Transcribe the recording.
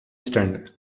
stand